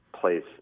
place